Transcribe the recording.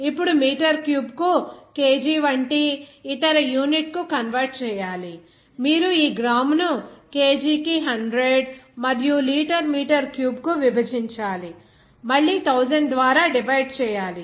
ఇప్పుడు మీటర్ క్యూబ్కు kg వంటి ఇతర యూనిట్ కు కన్వెర్ట్ చేయాలి మీరు ఈ గ్రామును kg కి 100 మరియు లీటరు మీటర్ క్యూబ్ కు విభజించాలి మళ్ళీ 1000 ద్వారా డివైడ్ చేయాలి